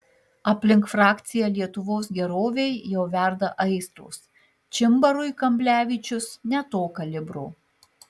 aplink frakciją lietuvos gerovei jau verda aistros čimbarui kamblevičius ne to kalibro